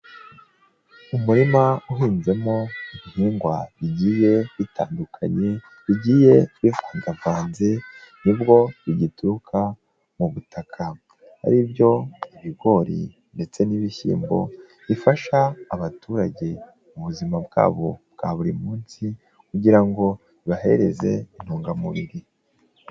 Umurima uhinzemo ibihingwa bigiye bitandukanye bigiye bivangavanze nibwo bigituruka mu butaka ari byo ibigori ndetse n'ibishyimbo bifasha abaturage mu buzima bwabo bwa buri munsi kugira ngo bibahereze intungamubiri.